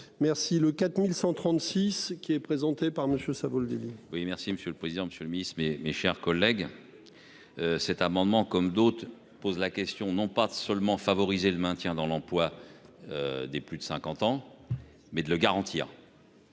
Merci le 4136 qui est présenté par Monsieur Savoldelli. Oui, merci Monsieur. Le président, Monsieur le Ministre, mes, mes chers collègues. Cet amendement comme d'autres, pose la question non pas seulement favoriser le maintien dans l'emploi. Des plus de 50 ans mais de le garantir.